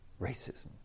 racism